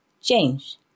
change